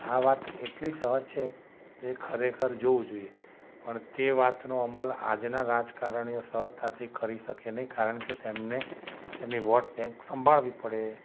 આ વાત એટલી સહજ છે તે ખરેખર જોવું જોઈએ પણ તે વાતનો અમલ આજના રાજકરણીઓ સરળતાથી કરી શકે નહિ કારણ કે તેમને તેમની વોટ બૅંક સાંભળવી પડે